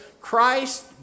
Christ